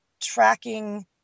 tracking